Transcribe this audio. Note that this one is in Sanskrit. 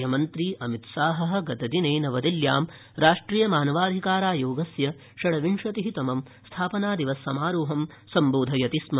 गृहमन्त्री अमितशाहः गतदिने नवदिल्ल्यां राष्ट्रियमानवाधिकारायोगस्य षट्विंशतिः स्थापनादिवससमारोहं सम्बोधयति स्म